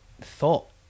thought